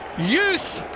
Youth